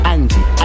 Angie